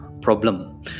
problem